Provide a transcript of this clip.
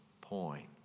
point